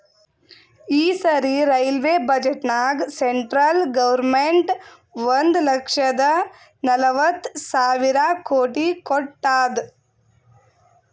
ಈ ಸರಿ ರೈಲ್ವೆ ಬಜೆಟ್ನಾಗ್ ಸೆಂಟ್ರಲ್ ಗೌರ್ಮೆಂಟ್ ಒಂದ್ ಲಕ್ಷದ ನಲ್ವತ್ ಸಾವಿರ ಕೋಟಿ ಕೊಟ್ಟಾದ್